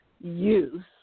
use